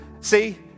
See